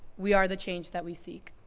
we are the change that we seek.